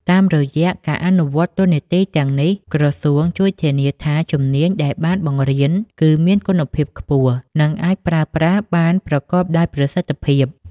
តាមរយៈការអនុវត្តតួនាទីទាំងនេះ ក្រសួងជួយធានាថាជំនាញដែលបានបង្រៀនគឺមានគុណភាពខ្ពស់ និងអាចប្រើប្រាស់បានប្រកបដោយប្រសិទ្ធភាព។